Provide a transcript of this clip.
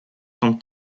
tam